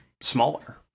smaller